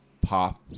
pop